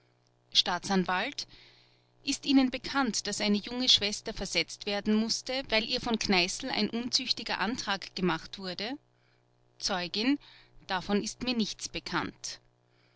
staatsanwalt ist ihnen bekannt daß eine junge schwester versetzt werden mußte weil ihr von kneißl ein unzüchtiger antrag gemacht wurde zeugin davon ist mir nichts bekannt